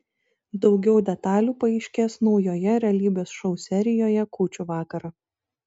daugiau detalių paaiškės naujoje realybės šou serijoje kūčių vakarą